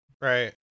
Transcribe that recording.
Right